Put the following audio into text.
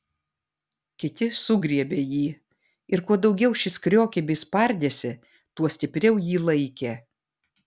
kiti sugriebė jį ir kuo daugiau šis kriokė bei spardėsi tuo stipriau jį laikė